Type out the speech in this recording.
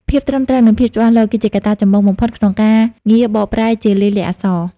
ភាពត្រឹមត្រូវ និងភាពច្បាស់លាស់ គឺជាកត្តាចម្បងបំផុតក្នុងការងារបកប្រែជាលាយលក្ខណ៍អក្សរ។